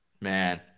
Man